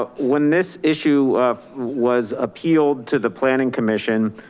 ah when this issue, was appealed to the planning commission,